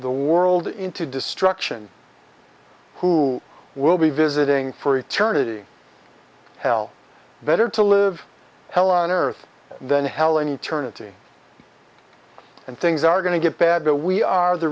the world into destruction who will be visiting for eternity hell better to live hell on earth than hell an eternity and things are going to get bad but we are the